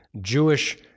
Jewish